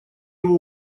его